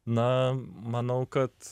na manau kad